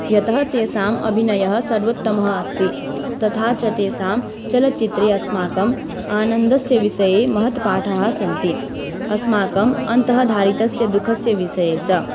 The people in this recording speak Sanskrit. यतः तेषाम् अभिनयः सर्वोत्तमः अस्ति तथा च तेषां चलच्चित्रे अस्माकम् आनन्दस्य विषये महत् पाठाः सन्ति अस्माकम् अन्तः धारितस्य दुःखस्य विषये च